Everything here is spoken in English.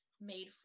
made